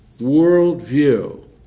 worldview